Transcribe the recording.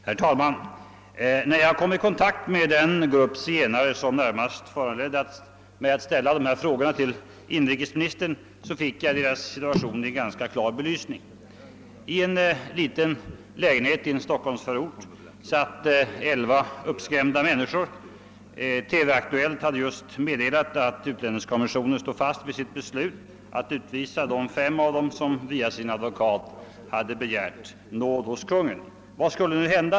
Herr talman! När jag kom i kontakt med den grupp zigenare som närmast föranledde mig att ställa min fråga till inrikesministern, fick jag deras situation ganska klart belyst. I en liten lägenhet i en av Stockholms förorter satt elva uppskrämda människor. TV-Aktuellt hade just meddelat att utlänningskommissionen stod fast vid sitt beslut att utvisa de fem som via sin advokat hade begärt nåd hos Kungl. Maj:t. Vad skulle nu hända?